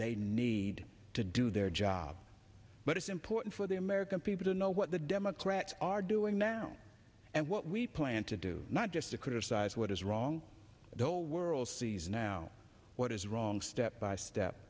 they need to do their job but it's important for the american people to know what the democrats are doing now and what we plan to do not just to criticize what is wrong with the whole world sees now what is wrong step by step